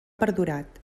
perdurat